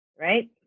right